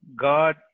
God